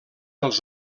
els